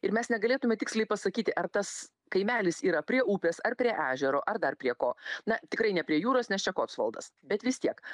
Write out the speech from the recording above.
ir mes negalėtume tiksliai pasakyti ar tas kaimelis yra prie upės ar prie ežero ar dar prie ko na tikrai ne prie jūros nes čia koksvaldas bet vis tiek